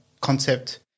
concept